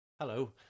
Hello